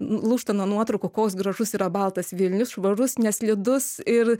lūžta nuo nuotraukų koks gražus yra baltas vilnius švarus neslidus ir